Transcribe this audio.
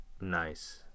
Nice